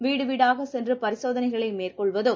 வீடு வீடாகச் சென்று பரிசோதனைகளை மேற்கொள்வதும்